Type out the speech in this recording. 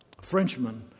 Frenchman